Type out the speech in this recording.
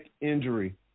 injury